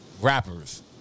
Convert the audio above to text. rappers